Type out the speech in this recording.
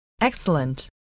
Excellent